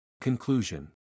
Conclusion